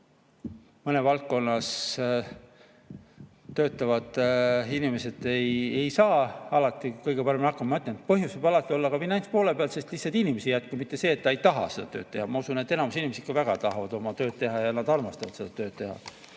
mõnes valdkonnas töötavad inimesed ei saa lihtsalt alati kõige paremini hakkama. Ma ütlen, et põhjus võib alati olla ka finantspoole peal, sest inimesi lihtsalt ei jätku, mitte see, et nad ei taha seda tööd teha. Ma usun, et enamus inimesi ikka väga tahab oma tööd teha ja nad armastavad seda tööd.